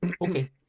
okay